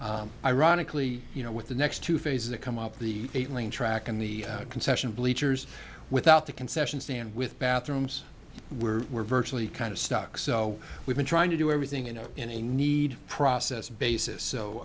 ironically you know with the next two phases that come up the eight lane track and the concession bleachers without the concession stand with bathrooms were virtually kind of stuck so we've been trying to do everything you know in a need process basis so